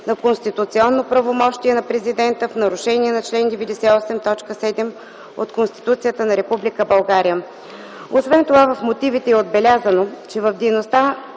на конституционно правомощие на Президента в нарушение на чл. 98, т. 7 от Конституцията на Република България. Освен това в мотивите е отбелязано, че в дейността